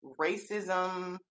racism